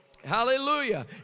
Hallelujah